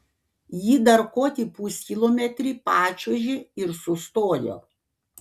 ji dar kokį puskilometrį pačiuožė ir sustojo